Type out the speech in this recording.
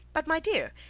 but, my dear,